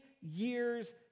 years